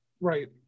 Right